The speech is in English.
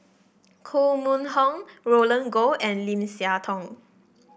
Koh Mun Hong Roland Goh and Lim Siah Tong